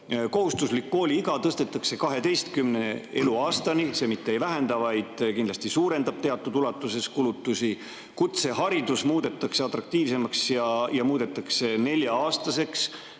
kohustuslik kooliiga tõstetakse [18.] eluaastani. See mitte ei vähenda, vaid kindlasti suurendab teatud ulatuses kulutusi. Kutseharidus muudetakse atraktiivsemaks ja see õpe muudetakse nelja-aastaseks.